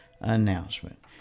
announcement